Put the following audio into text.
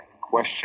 question